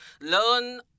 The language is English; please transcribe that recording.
learn